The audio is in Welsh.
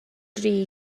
dri